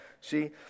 See